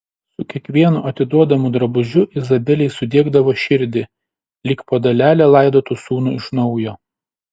su kiekvienu atiduodamu drabužiu izabelei sudiegdavo širdį lyg po dalelę laidotų sūnų iš naujo